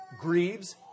grieves